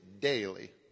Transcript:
daily